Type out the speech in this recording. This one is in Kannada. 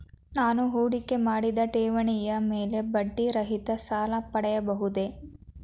ನಾನು ಹೂಡಿಕೆ ಮಾಡಿದ ಠೇವಣಿಯ ಮೇಲೆ ಬಡ್ಡಿ ರಹಿತ ಸಾಲ ಪಡೆಯಬಹುದೇ?